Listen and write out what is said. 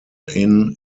inn